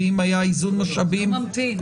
ואם היה איזון משאבים --- הוא לא ממתין,